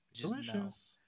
Delicious